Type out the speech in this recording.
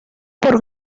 por